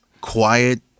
quiet